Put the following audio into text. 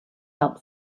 help